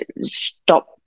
stop